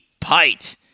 Pite